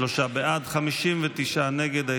43 בעד, 59 נגד.